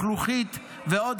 לכלוכית ועוד,